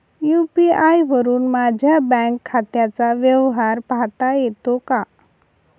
UPI वरुन माझ्या bank खात्याचा व्यवहार पाहता येतो का?